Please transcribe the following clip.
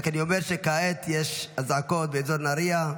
אני רק אומר שכעת יש אזעקות באזור נהריה.